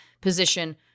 position